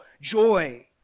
joy